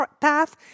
path